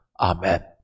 Amen